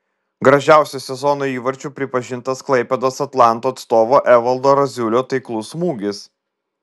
gražiausiu sezono įvarčiu pripažintas klaipėdos atlanto atstovo evaldo raziulio taiklus smūgis